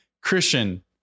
Christian